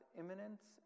imminence